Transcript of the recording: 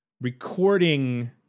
recording